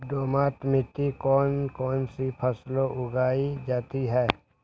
दोमट मिट्टी कौन कौन सी फसलें उगाई जाती है?